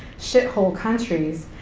shithole countries,